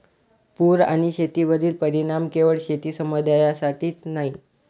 पूर आणि शेतीवरील परिणाम केवळ शेती समुदायासाठीच नाही